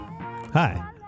Hi